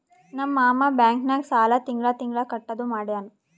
ನಮ್ ಮಾಮಾ ಬ್ಯಾಂಕ್ ನಾಗ್ ಸಾಲ ತಿಂಗಳಾ ತಿಂಗಳಾ ಕಟ್ಟದು ಮಾಡ್ಯಾನ್